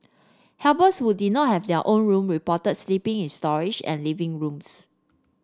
helpers who did not have their own room reported sleeping in storage and living rooms